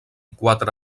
quatre